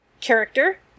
character